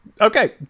Okay